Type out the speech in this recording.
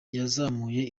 yazamuye